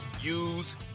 use